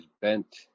bent